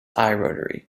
rotary